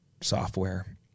software